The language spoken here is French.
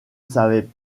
savait